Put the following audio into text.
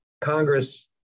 Congress